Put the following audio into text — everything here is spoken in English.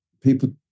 people